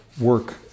work